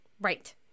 Right